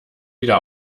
wieder